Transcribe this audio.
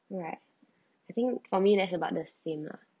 alright I think for me that's about the same lah